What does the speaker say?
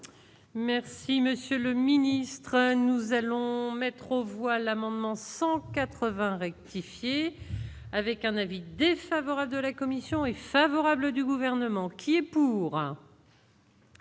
Merci monsieur le ministre, nous allons mettre au voile amendement 180 rectifier avec un avis défavorable de la commission est favorable du gouvernement qui est pour.